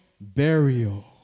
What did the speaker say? burial